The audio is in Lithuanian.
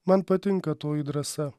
man patinka toji drąsa